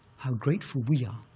how grateful we are.